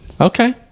Okay